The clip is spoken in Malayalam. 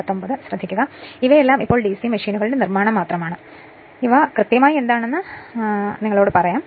അതിനാൽ ഇവയെല്ലാം ഇപ്പോൾ ഡിസി മെഷീനുകളുടെ നിർമ്മാണം മാത്രമാണ് ഇവ കൃത്യമായി എന്താണെന്ന് ഞാൻ നിങ്ങളോട് പറയും